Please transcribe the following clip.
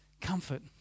Comfort